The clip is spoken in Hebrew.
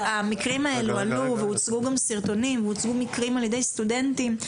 המקרים האלה עלו והוצגו גם סרטונים והוצגו מקרים על ידי סטודנטים.